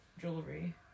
jewelry